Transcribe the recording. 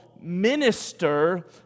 minister